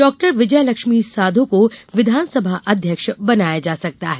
doctor Vijay Lakshmi साधों को विधानसभा अध्यक्ष बनाया जा सकता है